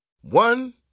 One